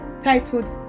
titled